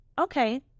okay